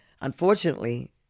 Unfortunately